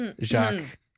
Jacques